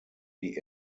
die